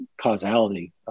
causality